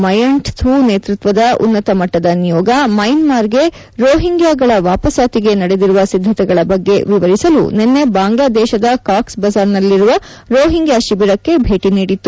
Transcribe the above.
Myint Thu ನೇತೃತ್ವದ ಉನ್ನತ ಮಟ್ಟದ ನಿಯೋಗ ಮ್ಯಾನ್ಮಾರ್ ಗೆ ರೋಹಿಂಗ್ಯಾಗಳ ವಾವಸಾತಿಗೆ ನಡೆದಿರುವ ಸಿದ್ದತೆಗಳ ಬಗ್ಗೆ ವಿವರಿಸಲು ನಿನ್ನೆ ಬಾಂಗ್ಲಾದೇಶದ ಕಾಕ್ಪ್ ಬಜಾರ್ ನಲ್ಲಿರುವ ರೋಹಿಂಗ್ಯಾ ಶಿಬಿರಕ್ಕೆ ಭೇಟಿ ನೀದಿತ್ತು